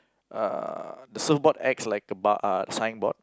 uh the surfboard acts like a bar ah signboard